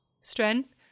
Strength